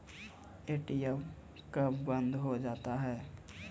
ATM कब बंद हो जाता हैं?